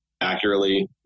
accurately